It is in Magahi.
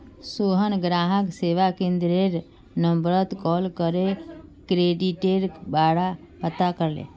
सोहन ग्राहक सेवा केंद्ररेर नंबरत कॉल करे क्रेडिटेर बारा पता करले